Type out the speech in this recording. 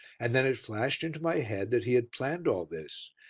and then it flashed into my head that he had planned all this.